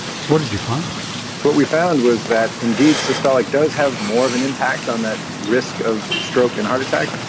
so what did you find? so what we found was that indeed systolic does have more of an impact on that risk of stroke and heart attack,